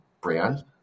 brand